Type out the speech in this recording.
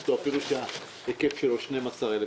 המסים משרד האוצר ירושלים הנדון: אישור מוסדות ציבור לעניין סעיף